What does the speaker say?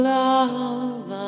love